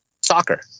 soccer